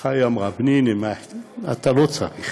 היא אמרה: בני, אתה לא צריך